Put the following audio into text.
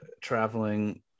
traveling